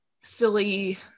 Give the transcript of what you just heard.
silly